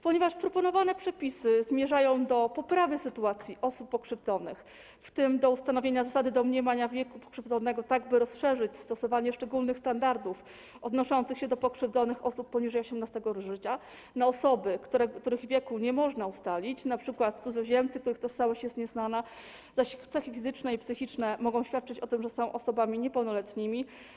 Proponowane przepisy zmierzają do poprawy sytuacji osób pokrzywdzonych, w tym do ustanowienia zasady domniemania wieku pokrzywdzonego, tak by rozszerzyć stosowanie szczególnych standardów odnoszących się do pokrzywdzonych osób poniżej 18. roku życia na osoby, których wieku nie można ustalić - np. cudzoziemców, których tożsamość jest nieznana - zaś ich cechy fizyczne i psychiczne mogą świadczyć o tym, że są osobami niepełnoletnimi.